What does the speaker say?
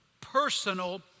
personal